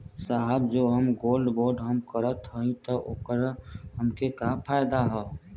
साहब जो हम गोल्ड बोंड हम करत हई त ओकर हमके का फायदा ह?